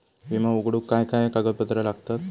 विमो उघडूक काय काय कागदपत्र लागतत?